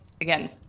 again